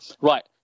Right